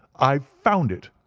i've found it,